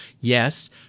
Yes